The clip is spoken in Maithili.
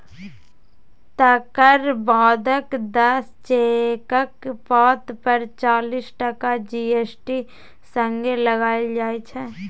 तकर बादक दस चेकक पात पर चालीस टका जी.एस.टी संगे लगाएल जाइ छै